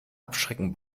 abschrecken